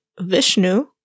Vishnu